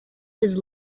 his